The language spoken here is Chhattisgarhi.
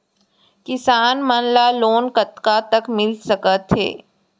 किसान मन ला लोन कतका तक मिलिस सकथे?